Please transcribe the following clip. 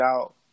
out